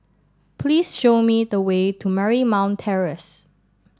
please show me the way to Marymount Terrace